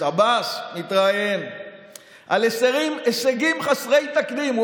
עבאס מתראיין על הישגים חסרי תקדים.